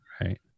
Right